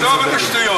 עזוב את השטויות.